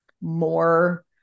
more